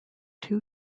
two